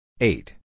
Eight